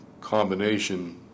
combination